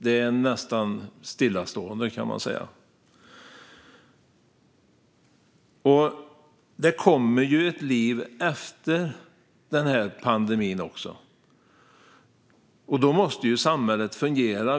Det är nästan stillastående, kan man säga. Det kommer ju ett liv efter pandemin, och då måste samhället fungera.